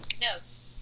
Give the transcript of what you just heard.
Notes